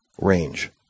range